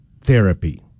Therapy